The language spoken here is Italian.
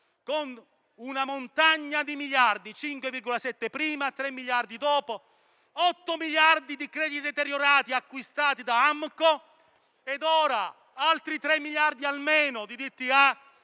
con una montagna di miliardi (5,7 prima, 3 miliardi dopo), 8 miliardi di crediti deteriorati furono acquistati da AMCO ed ora ci sono altri 3 miliardi almeno di DTA,